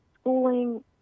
schooling